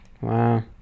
Wow